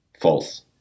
False